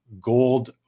Gold